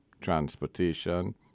transportation